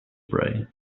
pray